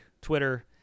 Twitter